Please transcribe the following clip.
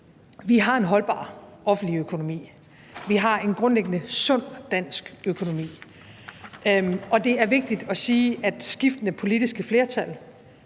Vi har en holdbar offentlig økonomi; vi har en grundlæggende sund dansk økonomi. Det er vigtigt at sige, at skiftende politiske flertal